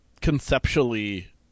conceptually